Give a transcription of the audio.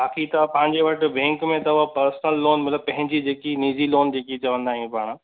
बाक़ी त पंहिंजे वटि बैंक में अथव पर्सनल लोन मतिलब पंहिंजी जेकी नीज़ी लोन जेकी चवंदा आहियूं पाण